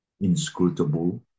inscrutable